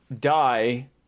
die